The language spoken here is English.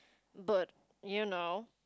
but you know